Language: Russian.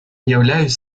являюсь